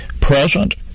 present